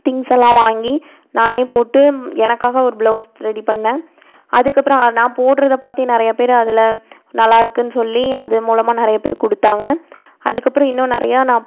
திங்க்ஸெல்லாம் வாங்கி நானே போட்டு எனக்காக ஒரு பிளவுஸ் ரெடி பண்ணேன் அதுக்கப்புறம் ஆ நான் போடுறதைப் பார்த்தே நிறையா பேரு அதில் நல்லாயிருக்குன் சொல்லி அது மூலமாக நிறைய பேரு கொடுத்தாங்க அதுக்கப்புறம் இன்னும் நிறையா நான்